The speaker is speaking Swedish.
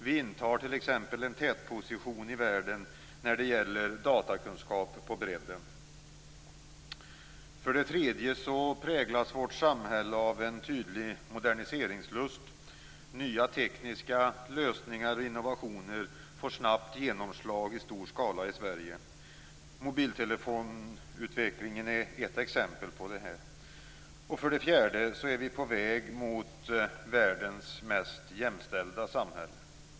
Vi intar t.ex. en tätposition i världen när det gäller datakunskap på bredden. För det tredje präglas vårt samhälle av en tydlig moderniseringslust. Nya tekniska lösningar får snabbt genomslag i stor skala i Sverige. Mobiltelefonutvecklingen är ett exempel på detta. För det fjärde är vi på väg mot världens mest jämställda samhälle.